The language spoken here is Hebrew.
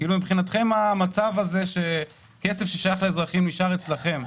כאילו מבחינתכם המצב הזה שכסף ששייך לאזרחים נשאר אצלכם,